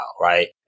right